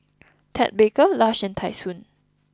Ted Baker Lush and Tai Sun